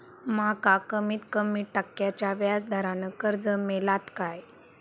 माका कमीत कमी टक्क्याच्या व्याज दरान कर्ज मेलात काय?